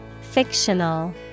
Fictional